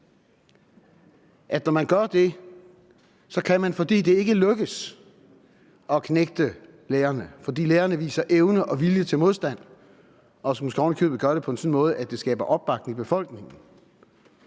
Hvis man gør det, så er det, fordi det ikke lykkedes at knægte lærerne, fordi lærerne viser evne og vilje til modstand og måske oven i købet på en sådan måde, at det skaber opbakning i befolkningen,